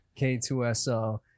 K2SO